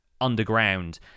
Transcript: underground